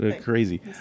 crazy